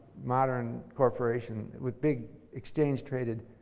modern corporations with big exchange traded